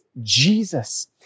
Jesus